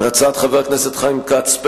הצעת חבר הכנסת חיים כץ,